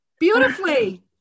Beautifully